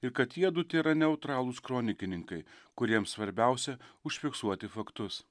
ir kad jiedu tėra neutralūs kronikininkai kuriem svarbiausia užfiksuoti faktus